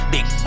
Big